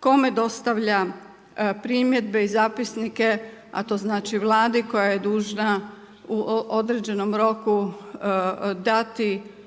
kome dostavlja primjedbe i zapisnike a to znači Vladi koja je dužna u određenom roku dati